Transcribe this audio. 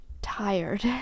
Tired